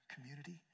community